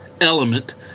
element